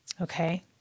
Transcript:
Okay